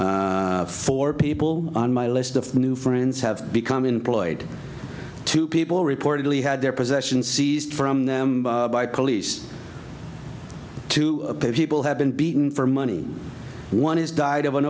four people on my list of new friends have become employed two people reportedly had their possessions seized for by police two people have been beaten for money one has died of an